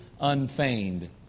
unfeigned